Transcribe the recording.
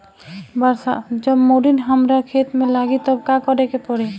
जब बोडिन हमारा खेत मे लागी तब का करे परी?